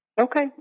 Okay